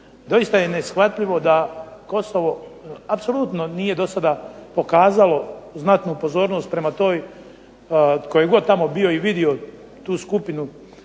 doista je neshvatljivo da Kosovo apsolutno nije do sada pokazalo znatnu pozornost prema toj, tko je god tamo bio i vidio tu skupinu